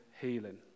healing